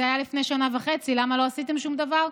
זה היה לפני שנה וחצי: למה לא עשיתם שום דבר?